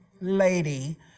lady